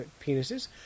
penises –